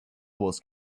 wars